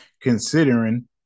Considering